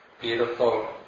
Beautiful